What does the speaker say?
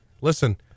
Listen